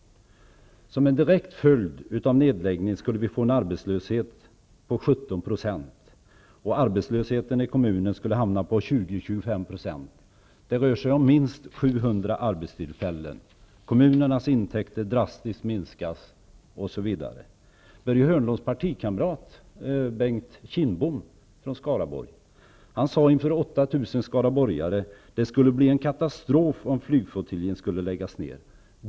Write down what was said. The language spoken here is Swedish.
Som en direkt följd av nedläggningen skulle vi få en arbetslöshet på 17 %, och arbetslösheten i kommunen skulle bli 20-- 25 %. Det rör sig om minst 700 arbetstillfällen. Kommunernas intäkter skulle minska drastiskt, osv. Skaraborg sade inför 8 000 skaraborgare: Det skulle bli en katastrof om flygflottiljen skulle läggas ned.